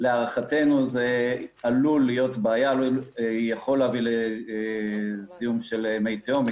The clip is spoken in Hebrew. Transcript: להערכתנו זה עלול להיות בעיה ויכול להביא לזיהום מי תהום.